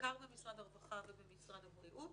בעיקר במשרד הרווחה ובמשרד הבריאות.